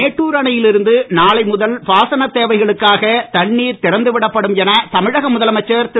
மேட்டூர் அணையில் இருந்து நாளை பாசனத் முதல் தேவைகளுக்காக தண்ணீர் திறந்து விடப்படும் என தமிழக முதலமைச்சர் திரு